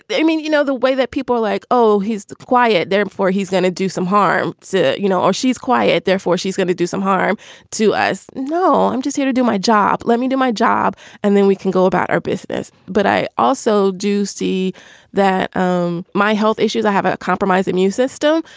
i mean, you know, the way that people like, oh, he's quiet, therefore he's going to do some harm to, you know, or she's quiet, therefore, she's going to do some harm to us. no, i'm just here to do my job. let me do my job and then we can go about our business. but i also do see that um my health issues, i have a compromised immune system.